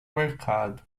mercado